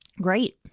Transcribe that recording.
Great